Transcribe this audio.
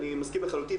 אני מסכים לחלוטין.